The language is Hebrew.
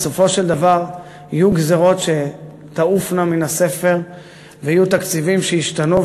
ובסופו של דבר יהיו גזירות שתעופנה מן הספר ויהיו תקציבים שישתנו,